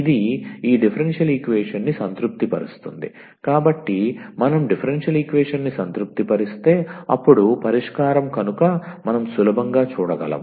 ఇది ఈ డిఫరెన్షియల్ ఈక్వేషన్ని సంతృప్తిపరుస్తుంది కాబట్టి మనం డిఫరెన్షియల్ ఈక్వేషన్ని సంతృప్తిపరిస్తే అప్పుడు పరిష్కారం కనుక మనం సులభంగా చూడగలం